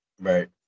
Right